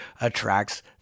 attracts